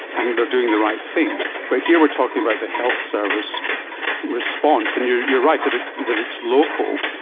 and they are doing the right thing. but here we are talking about the health service response, and you're you're right that that it's local.